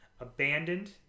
abandoned